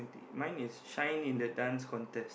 mine is shine in the Dance Contest